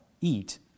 eat